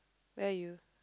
where are you